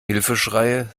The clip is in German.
hilfeschreie